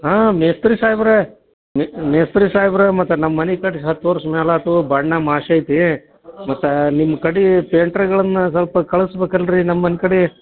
ಹಾಂ ಮೇಸ್ತ್ರಿ ಸಾಯೆಬ್ರೇ ಮೇಸ್ತ್ರಿ ಸಾಯೆಬ್ರೇ ಮತ್ತು ನಮ್ಮ ಮನಿ ಕಟ್ಟಿ ಹತ್ತು ವರ್ಷ ಮೇಲೆ ಆಯ್ತು ಬಣ್ಣ ಮಾಸೈತಿ ಮತ್ತು ನಿಮ್ಮ ಕಡಿ ಪೇಂಟ್ರ್ಗಳನ್ನು ಸ್ವಲ್ಪ ಕಳಿಸ್ಬೇಕಲ್ರಿ ನಮ್ಮ ಮನೆ ಕಡೆ